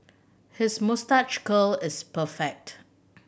his moustache curl is perfect